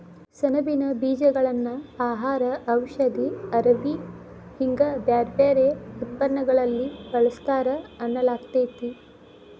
ಸೆಣಬಿನ ಬೇಜಗಳನ್ನ ಆಹಾರ, ಔಷಧಿ, ಅರವಿ ಹಿಂಗ ಬ್ಯಾರ್ಬ್ಯಾರೇ ಉತ್ಪನ್ನಗಳಲ್ಲಿ ಬಳಸ್ತಾರ ಅನ್ನಲಾಗ್ತೇತಿ